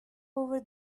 over